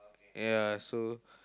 ya so